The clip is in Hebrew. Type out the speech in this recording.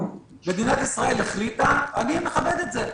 מדינת ישראל החליטה, אני מכבד את זה.